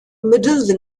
middle